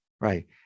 Right